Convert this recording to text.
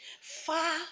Far